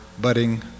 budding